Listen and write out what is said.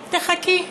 תחכי.